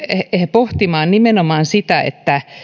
pohtimaan nimenomaan sitä että